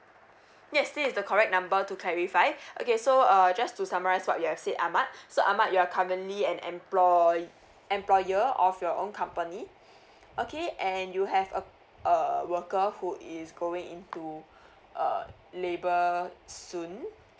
yes this is the correct number to clarify okay so uh just to summarize what you have said ahmad so ahmad you're currently an employ~ employer of your own company okay and you have a a worker who is going into uh labor soon